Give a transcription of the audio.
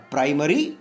Primary